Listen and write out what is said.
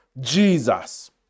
Jesus